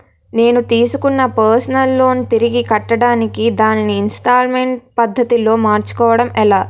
నేను తిస్కున్న personal loan తిరిగి కట్టడానికి దానిని ఇంస్తాల్మేంట్ పద్ధతి లో మార్చుకోవడం ఎలా?